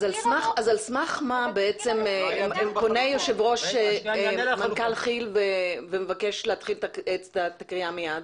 אז על סמך מה בעצם פונה מנכ"ל כי"ל ומבקש להתחיל את הכרייה מיד?